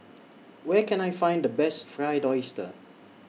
Where Can I Find The Best Fried Oyster